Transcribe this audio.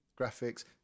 graphics